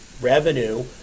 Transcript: Revenue